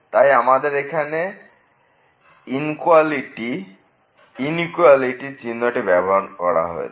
তাই আমাদের এখানে এই ইনিকোয়ালিটি চিহ্নটি ব্যবহার করা হয়েছে